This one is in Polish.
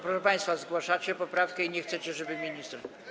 Proszę państwa, zgłaszacie poprawkę i nie chcecie, żeby minister.